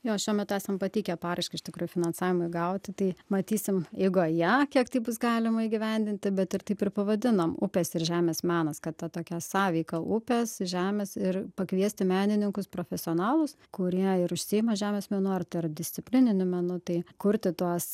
jo šiuo metu esam pateikę paraišką iš tikrųjų finansavimui gauti tai matysim eigoje kiek tai bus galima įgyvendinti bet ir taip ir pavadinom upės ir žemės menas kad ta tokia sąveika upės žemės ir pakviesti menininkus profesionalus kurie ir užsiima žemės menu ar tarpdisciplininiu menu tai kurti tuos